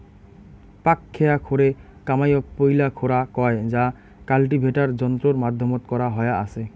পাকখেয়া খোরে কামাইয়ক পৈলা খোরা কয় যা কাল্টিভেটার যন্ত্রর মাধ্যমত করা হয়া আচে